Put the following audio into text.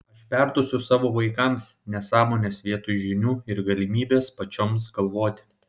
aš perduosiu savo vaikams nesąmones vietoj žinių ir galimybės pačioms galvoti